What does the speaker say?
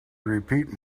repeat